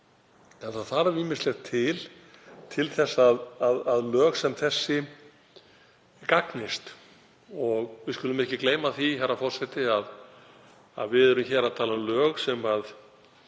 það þarf ýmislegt til til þess að lög sem þessi gagnist. Við skulum ekki gleyma því, herra forseti, að við erum hér að tala um lög sem